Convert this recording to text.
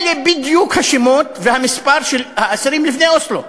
אלה בדיוק השמות, והמספר, של האסירים מלפני אוסלו.